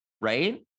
right